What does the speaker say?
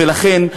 ולכן,